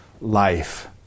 life